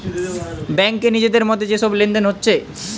ব্যাংকে নিজেদের মধ্যে যে সব লেনদেন হচ্ছে